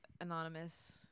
anonymous